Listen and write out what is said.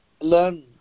learn